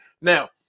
Now